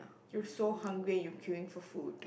you're so hungry you're queuing for food